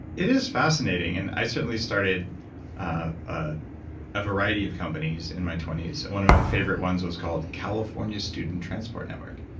it is fascinating. and i certainly started a variety of companies in my twenty s. one of my favorite ones was called california student transport network.